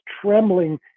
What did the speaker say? trembling